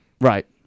Right